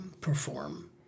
perform